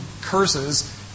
curses